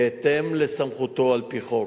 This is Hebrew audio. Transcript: בהתאם לסמכותו על-פי חוק,